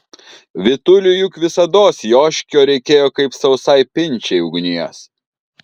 vytuliui juk visados joškio reikėjo kaip sausai pinčiai ugnies